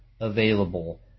available